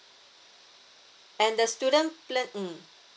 and the student plan mm